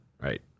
right